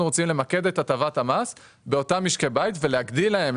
אנחנו רוצים למקד את הטבת המס באותם משקי בית ולהגדיל להם,